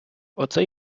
оце